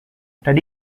tadi